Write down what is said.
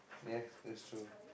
yes that's true